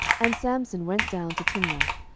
and samson went down to timnath,